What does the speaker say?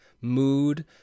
mood